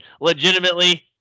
legitimately